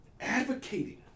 advocating